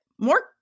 more